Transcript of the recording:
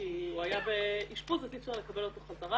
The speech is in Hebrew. הוא היה באשפוז אז אי אפשר לקבל אותו חזרה,